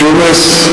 ג'ומס,